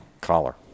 collar